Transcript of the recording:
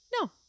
no